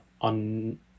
on